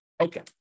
Okay